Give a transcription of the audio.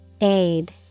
Aid